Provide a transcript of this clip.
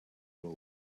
roll